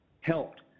helped